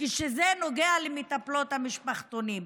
כשזה נוגע למטפלות המשפחתונים.